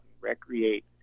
recreate